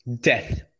death